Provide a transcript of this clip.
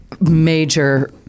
major